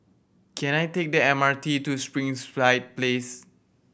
can I take the M R T to Springside Place